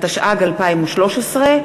התשע"ג 2013,